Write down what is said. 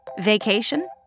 Vacation